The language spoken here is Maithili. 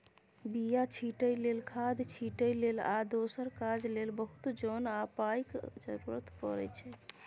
बीया छीटै लेल, खाद छिटै लेल आ दोसर काज लेल बहुत जोन आ पाइक जरुरत परै छै